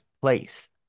place